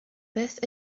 beth